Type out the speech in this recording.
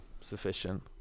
sufficient